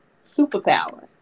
Superpower